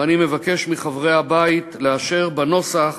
ואני מבקש מחברי הבית לאשר את הנוסח